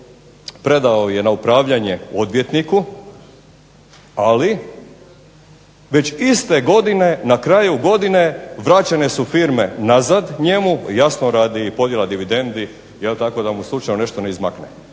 predao je na upravljanje odvjetniku, ali već iste godine na kraju godine vraćene su firme nazad njemu, jasno radi podjela dividendi je li tako, da mu slučajno nešto ne izmakne